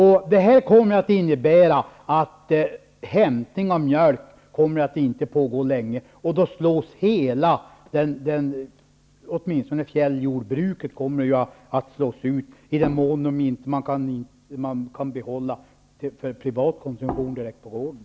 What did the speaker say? Hämtningen av mjölk kommer inte att pågå länge. Då slås fjälljordbruket ut, i den mån man inte kan behålla det för privat konsumtion direkt på gården.